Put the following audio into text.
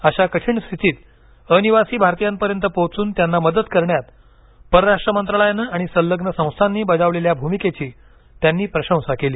अशा कठीण स्थितीत अनिवासी भारतीयांपर्यंत पोचून त्यांना मदत करण्यात परराष्ट्र मंत्रालयानं आणि संलग्न संस्थांनी बजावलेल्या भूमिकेची त्यांनी प्रशंसा केली